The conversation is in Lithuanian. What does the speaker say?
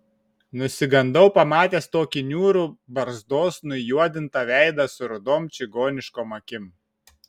nusigandau pamatęs tokį niūrų barzdos nujuodintą veidą su rudom čigoniškom akim